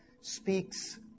speaks